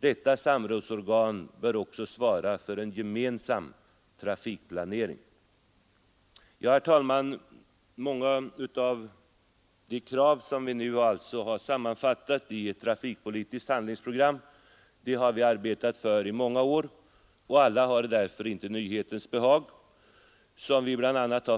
Detta samrådsorgan bör också svara för en gemensam trafikplanering. Herr talman! Många av de krav som vi nu alltså sammanfattat i ett trafikpolitiskt handlingsprogram har vi arbetat för i många år, och alla har därför inte nyhetens behag. Som vi